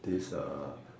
this uh